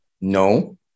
no